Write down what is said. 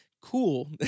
cool